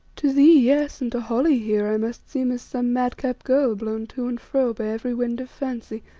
to thee, yes and to holly here i must seem as some madcap girl blown to and fro by every wind of fancy,